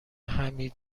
حمید